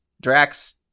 Drax